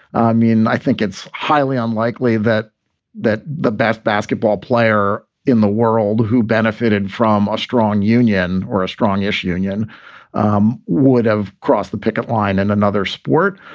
i mean, i think it's highly unlikely that that the best basketball player in the world who benefited from a strong union or a strong ish union um would have crossed the picket line in another sport.